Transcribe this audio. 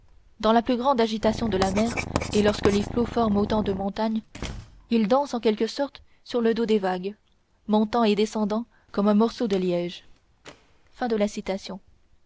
dans la plus grande agitation de la mer et lorsque les flots forment autant de montagnes ils dansent en quelque sorte sur le dos des vagues montant et descendant comme un morceau de liège